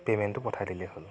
পে'মেণ্টটো পঠাই দিলেই হ'ল